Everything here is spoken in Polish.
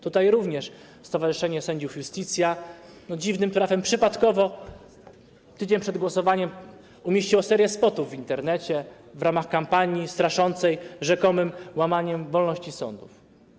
Tutaj również stowarzyszenie sędziów Iustitia dziwnym trafem, przypadkowo, tydzień przed głosowaniem umieściło serię spotów w Internecie w ramach kampanii straszącej rzekomym łamaniem wolności sądów.